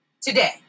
today